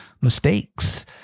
mistakes